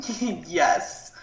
Yes